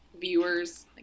viewers